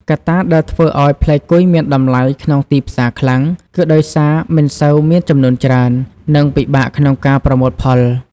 កត្តាដែលធ្វើឱ្យផ្លែគុយមានតម្លៃក្នុងទីផ្សារខ្លាំង គឺដោយសារមិនសូវ មានចំនួនច្រើន និងពិបាកក្នុងការប្រមូលផល។